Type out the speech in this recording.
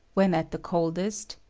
when at the coldest,